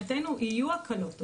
מבחינתנו יהיו הקלות.